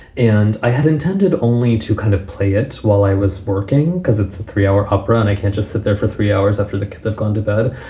and i had intended only to kind of play it while i was working because it's a three hour approach. i can just sit there for three hours after the kids have gone to bed.